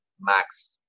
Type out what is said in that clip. max